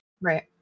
Right